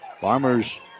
Farmers